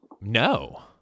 No